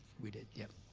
we did, yep.